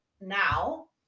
now